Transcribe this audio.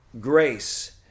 grace